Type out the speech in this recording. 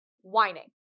whining